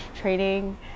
training